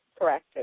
correct